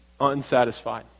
unsatisfied